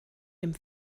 dem